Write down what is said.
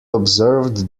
observed